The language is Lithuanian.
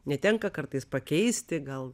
netenka kartais pakeisti gal